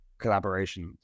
collaborations